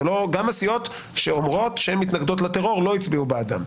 גם הסיעות שאומרות שהן מתנגדות לטרור לא הצביעו בעדם.